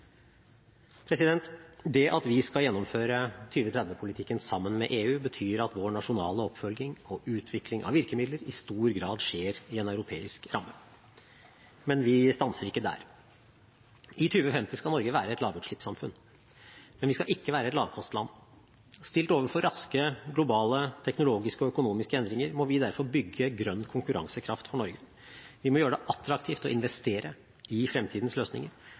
Det at vi skal gjennomføre 2030-politikken sammen med EU, betyr at vår nasjonale oppfølging og utvikling av virkemidler i stor grad skjer i en europeisk ramme. Men vi stanser ikke der. I 2050 skal Norge være et lavutslippssamfunn. Men vi skal ikke være et lavkostland. Stilt overfor raske globale teknologiske og økonomiske endringer må vi derfor bygge grønn konkurransekraft for Norge. Vi må gjøre det attraktivt å investere i fremtidens løsninger,